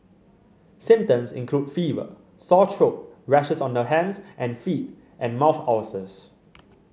symptoms include fever sore throat rashes on the hands and feet and mouth ulcers